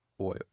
oil